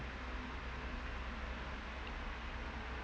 okay